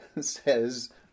says